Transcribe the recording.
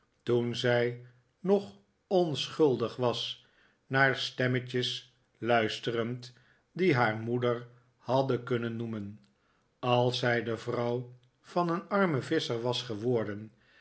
toen zij nog onschuldig was naar stemmetjes luisterend die haar moeder hadden kunnen noemen als zij de vrouw van een armen visscher was geworden